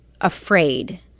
afraid